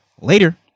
later